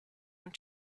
and